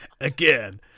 again